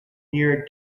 near